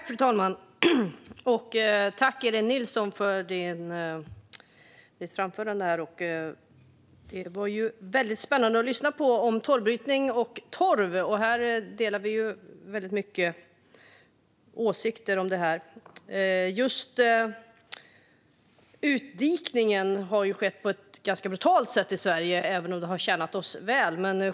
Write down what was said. Fru talman! Tack, Elin Nilsson, för ditt anförande om torvbrytning och torv, som var väldigt spännande att lyssna på. I detta delar vi ju väldigt mycket åsikter. Utdikningen i Sverige har skett på ett ganska brutalt sätt, även om den har tjänat oss väl.